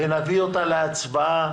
ונביא אותה להצבעה